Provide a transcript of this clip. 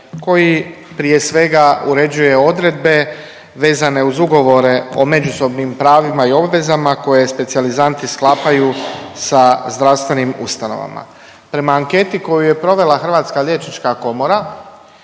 koji prije svega uređuje odredbe vezane uz ugovore o međusobnim pravima i obvezama koje specijalizanti sklapaju sa zdravstvenim ustanovama. Prema anketi koju je provela Hrvatska liječnička komora